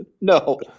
no